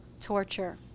torture